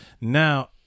Now